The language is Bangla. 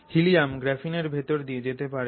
হীলিয়াম্ গ্রাফিনের ভেতর দিয়ে যেতে পারে না